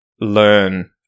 learn